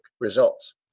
results